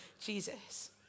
Jesus